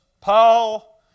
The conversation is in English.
Paul